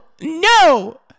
No